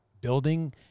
building